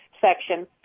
section